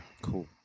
cool